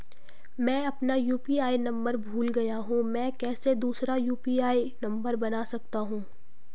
मैं अपना UPI number भूल गया हूँ मैं कैसे दूसरा यु.पी.आई नम्बर बना सकता हूँ?